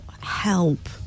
Help